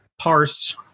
parse